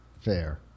Fair